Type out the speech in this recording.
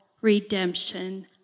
redemption